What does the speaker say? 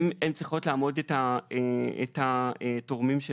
הן צריכות להעמיד את התורמים שלהן.